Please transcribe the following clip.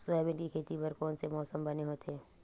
Soybean के खेती बर कोन से मौसम बने होथे?